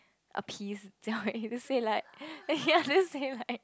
appease jia-wei to say like ya to say like